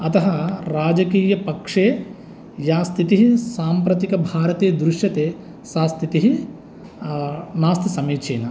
अतः राजकीयपक्षे या स्थितिः साम्प्रतिकभारते दृश्यते सा स्थितिः नास्ति समीचीना